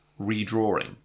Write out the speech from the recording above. redrawing